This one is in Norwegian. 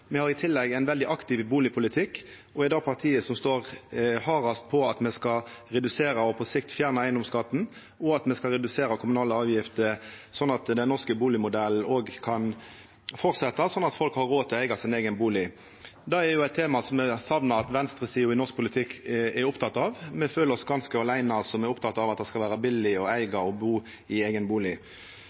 Me har i tillegg ein veldig aktiv bustadpolitikk og er det partiet som står hardast på at me skal redusera og på sikt fjerna eigedomsskatten, og at me skal redusera kommunale avgifter, slik at den norske bustadmodellen kan fortsetja, og slik at folk har råd til å eiga sin eigen bustad. Det er eit tema som eg har sakna at venstresida i norsk politikk er oppteken av. Me føler oss ganske aleine, me som er opptekne av at det skal vera billig å eiga og å bu i eigen